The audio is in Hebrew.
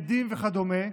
עדים וכדומה,